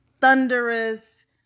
thunderous